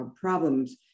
problems